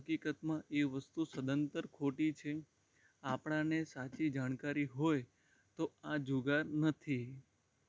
હકીકતમાં એ વસ્તુ સદંતર ખોટી છે આપણને સાચી જાણકારી હોય તો આ જુગાર નથી